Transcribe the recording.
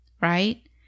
right